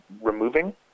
removing